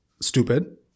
Stupid